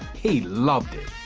he loved it.